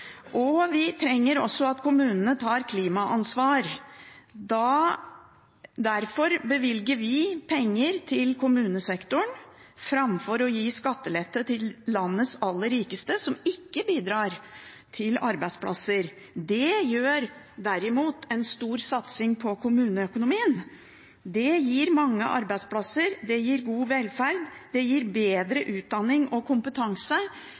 og vi trenger også at kommunene tar klimaansvar. Derfor bevilger vi penger til kommunesektoren framfor å gi skattelette til landets aller rikeste, som ikke bidrar til arbeidsplasser. Det gjør derimot en stor satsing på kommuneøkonomien. Det gir mange arbeidsplasser. Det gir god velferd. Det gir bedre utdanning og kompetanse